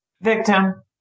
Victim